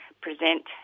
present